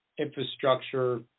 infrastructure